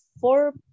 four